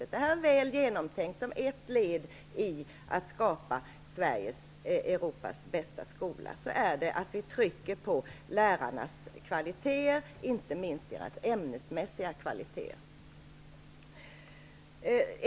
Nej, det här är väl genomtänkt. Ett led i strävandena att skapa Europas bästa skola är ju att vi trycker på detta med lärarnas kvaliteter, inte minst de ämnesmässiga.